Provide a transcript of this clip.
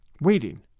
waiting